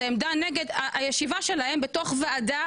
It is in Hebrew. זו עמדה נגד הישיבה שלהם בתוך ועדה